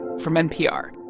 from npr.